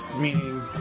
meaning